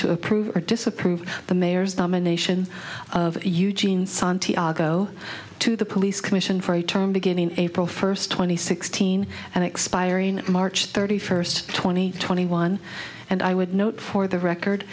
to approve or disapprove the mayor's nomination of eugene santiago to the police commission for a term beginning april first twenty sixteen and expire in march thirty first twenty twenty one and i would note for the record